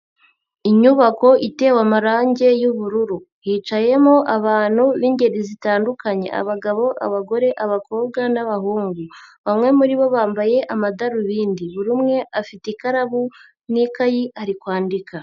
Inyubako itewe amarangi y'ubururu hicayemo abantu b'ingeri zitandukanye: abagabo, abagore, abakobwa n'abahungu, bamwe muri bo bambaye amadarubindi, buri umwe afite ikaramu n'ikayi ari kwandika.